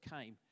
came